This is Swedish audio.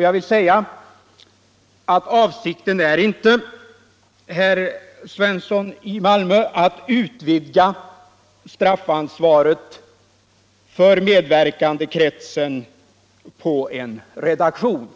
Jag vill säga, herr Svensson i Malmö, att avsikten inte är att utvidga straffansvaret för medverkandekretsen på en redaktion.